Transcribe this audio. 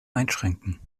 einschränken